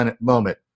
moment